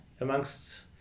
amongst